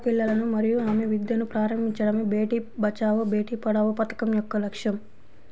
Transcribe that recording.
ఆడపిల్లలను మరియు ఆమె విద్యను ప్రారంభించడమే బేటీ బచావో బేటి పడావో పథకం యొక్క లక్ష్యం